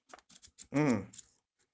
mm